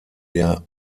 der